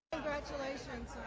Congratulations